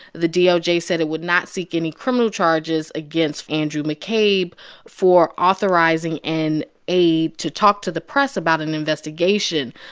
the doj said it would not seek any criminal charges against andrew mccabe for authorizing an aide to talk to the press about an investigation.